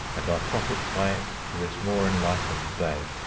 and i profit by it to this more enlightened day.